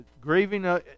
grieving